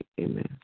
amen